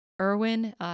Erwin